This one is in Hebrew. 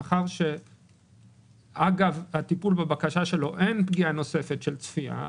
מאחר שאגב הטיפול בבקשה שלו אין פגיעה נוספת של צפייה,